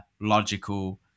logical